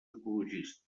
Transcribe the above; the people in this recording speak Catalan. ecologistes